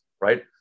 right